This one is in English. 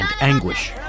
anguish